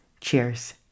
cheers